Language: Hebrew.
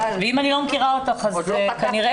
ואם אני לא מכירה אותך, לא נראה